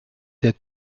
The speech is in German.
der